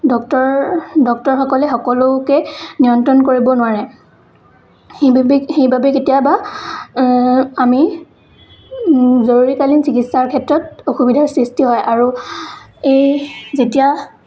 doctor ডক্টৰসকলে সকলোকে নিয়ন্ত্ৰণ কৰিব নোৱাৰে সেইবাবে সেইবাবে কেতিয়াবা আমি জৰুৰীকালীন চিকিৎসাৰ ক্ষেত্ৰত অসুবিধাৰ সৃষ্টি হয় আৰু এই যেতিয়া